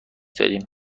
داریم